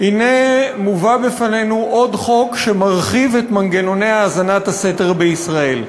הנה מובא בפנינו עוד חוק שמרחיב את מנגנוני האזנת הסתר בישראל.